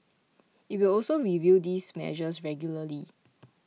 it will also review these measures regularly